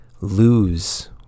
lose